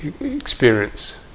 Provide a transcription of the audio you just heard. experience